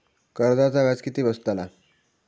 कर्जाचा व्याज किती बसतला?